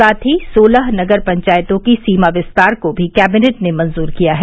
साथ ही सोलह नगर पंचायतों की सीमा विस्तार को भी कैविनेट ने मंजूर किया है